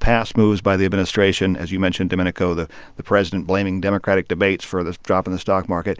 past moves by the administration as you mentioned, domenico, the the president blaming democratic debates for this drop in the stock market.